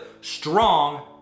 strong